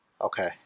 Okay